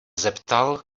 zeptal